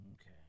Okay